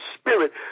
spirit